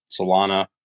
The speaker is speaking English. Solana